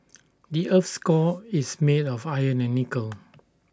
the Earth's core is made of iron and nickel